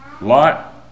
Lot